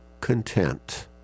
content